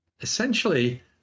essentially